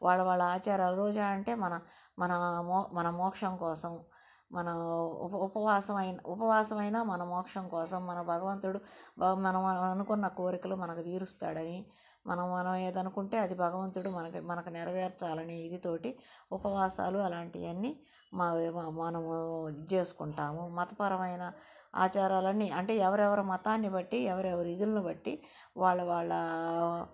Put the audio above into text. వాళ్ళ వాళ్ళ ఆచారాలు రోజా అంటే మన మనము మన మోక్షం కోసం మన ఉప ఉపవాసం ఉపవాసం అయినా మన మోక్షం కోసం మన భగవంతుడు మన అనుకున్న కోరికలు మనకు తీరుస్తాడని మనం ఏది అనుకుంటే అది భగవంతుడు మనకు నెరవేర్చాలని ఇది తోటి ఉపవాసాలు అలాంటివన్నీ మనము ఇది చేసుకుంటాము మతపరమైన ఆచారాలన్నీ అంటే ఎవరెవరి మతాన్ని బట్టి ఎవరెవరి విధులని బట్టి వాళ్ళ వాళ్ళ